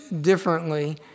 differently